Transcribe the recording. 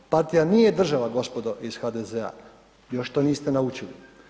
Partija nije država gospodo iz HDZ-a, još to niste naučili.